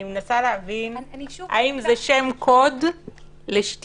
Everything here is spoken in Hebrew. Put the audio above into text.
אני מנסה להבין אם זה שם קוד לשתייה,